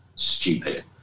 stupid